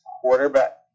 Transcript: quarterback